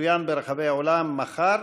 המצוין ברחבי העולם מחר,